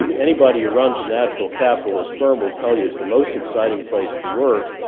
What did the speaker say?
and anybody who runs a natural capitalist firm will tell you it's the most exciting place to work,